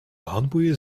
handboeien